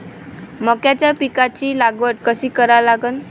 मक्याच्या पिकाची लागवड कशी करा लागन?